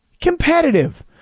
competitive